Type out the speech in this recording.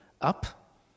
up